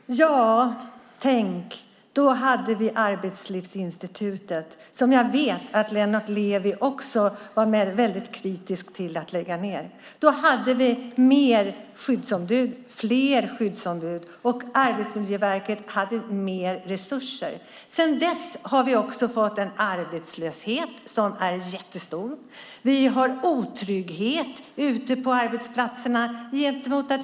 Herr talman! Ja, tänk! Då hade vi Arbetslivsinstitutet. Jag vet att Lennart Levi också var kritisk till att lägga ned det. Då hade vi fler skyddsombud, och Arbetsmiljöverket hade mer resurser. Sedan dess har vi också fått en arbetslöshet som är jättestor. Vi har otrygghet ute på arbetsplatserna.